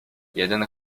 jeden